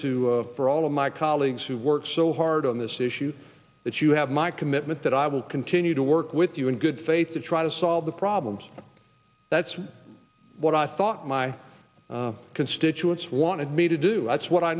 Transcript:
to for all of my colleagues who work so hard on this issue that you have my commitment that i will continue to work with you in good faith to try to solve the problems that's what i thought my constituents wanted me to do that's what i